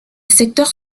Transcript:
secteur